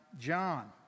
John